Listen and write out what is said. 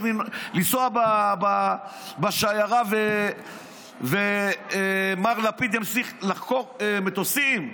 לנסוע בשיירה ומר לפיד ימשיך לחכור מטוסים.